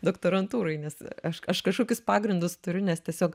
doktorantūroj nes aš kažkokius pagrindus turiu nes tiesiog